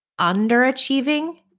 underachieving